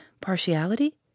partiality